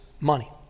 money